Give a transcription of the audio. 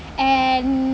and